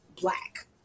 black